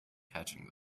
catching